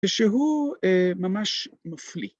‫שהוא ממש נופלי.